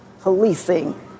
policing